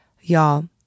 y'all